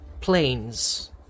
planes